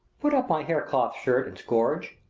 put up my hair-cloth shirt and scourge,